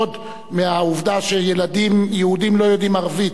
מהעובדה שילדים יהודים לא יודעים ערבית,